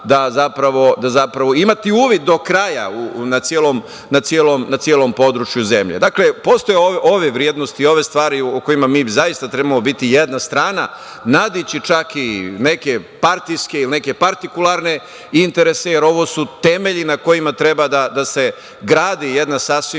da imaju uvid do kraja na celom području zemlje. Postoje ove vrednosti, ove stvari o kojima mi zaista trebamo biti jedna strana, nadići čak i neke partijske i neke partikularne interese, jer ovo su temelji na kojima treba da se gradi jedna sasvim